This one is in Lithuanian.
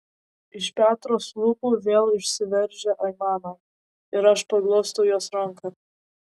iš petros lūpų vėl išsiveržia aimana ir aš paglostau jos ranką